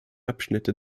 abschnitte